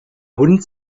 hund